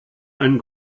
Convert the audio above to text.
einen